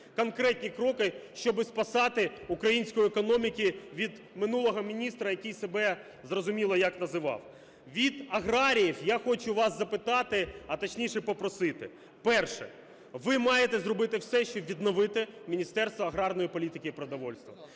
конкретні кроки, щоб спасати українську економіку від минулого міністра, який себе, зрозуміло, як себе називав. Від аграріїв я хочу вас запитати, а точніше, попросити. Перше. Ви маєте зробити все, щоб відновити Міністерство аграрної політики і продовольства.